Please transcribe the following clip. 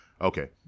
Okay